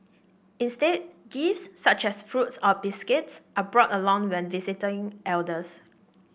instead gifts such as fruits or biscuits are brought along when visiting elders